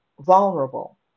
vulnerable